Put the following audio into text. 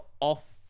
off